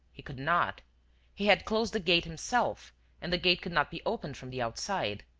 he could not he had closed the gate himself and the gate could not be opened from the outside.